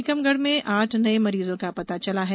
टीकमगढ में आठ नये मरीजों का पता चला है